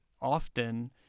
often